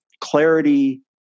Clarity